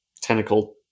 tentacle